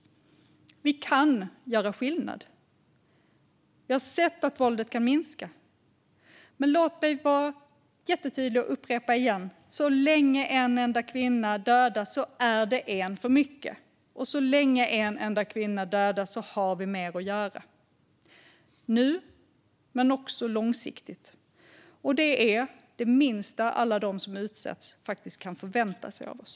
Vi kan göra skillnad. Vi har sett att våldet kan minska. Men låt mig vara jättetydlig och upprepa: Så länge en enda kvinna dödas är det en för mycket. Så länge en enda kvinna dödas har vi mer att göra, nu men också långsiktigt. Det är det minsta alla de som utsätts faktiskt kan förvänta sig av oss.